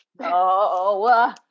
No